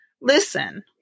listen